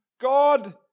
God